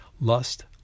Lust